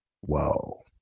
Whoa